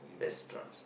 restaurants